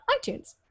iTunes